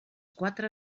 quatre